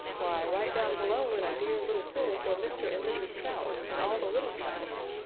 why, right down below in a dear little pool were mr. and mrs. trout and all the little trouts.